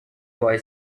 boy